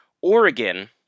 Oregon